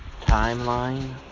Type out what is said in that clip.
timeline